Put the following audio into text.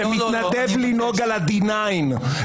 שמתנדב לנהוג על הדיניין,